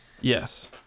Yes